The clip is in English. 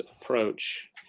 approach